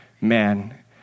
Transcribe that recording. man